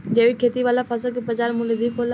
जैविक खेती वाला फसल के बाजार मूल्य अधिक होला